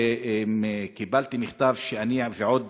קיבלתי מכתב שאני ועוד